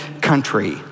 country